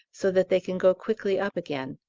so that they can go quickly up again.